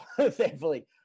thankfully